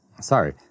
Sorry